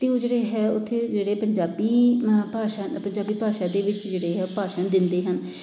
ਅਤੇ ਉਹ ਜਿਹੜੇ ਹੈ ਉੱਥੇ ਜਿਹੜੇ ਪੰਜਾਬੀ ਭਾਸ਼ਾ ਪੰਜਾਬੀ ਭਾਸ਼ਾ ਦੇ ਵਿੱਚ ਜਿਹੜੇ ਹੈ ਉਹ ਭਾਸ਼ਣ ਦਿੰਦੇ ਹਨ